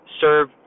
serve